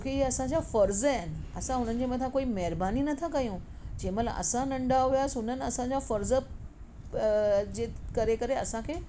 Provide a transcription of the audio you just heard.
छोकी ई असांजा फ़र्ज़ आहिनि असां हुननि जे मथां कोई महिरबानी नथा कयूं जंहिं महिल असां नंढा हुआसीं हुननि असांजा फ़र्ज़ जे करे करे असांखे